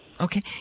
Okay